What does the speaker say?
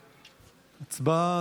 הצבעה.